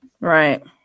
Right